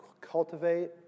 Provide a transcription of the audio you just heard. cultivate